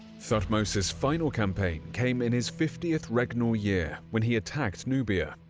thutmose's final campaign came in his fiftieth regnal year when he attacked nubia,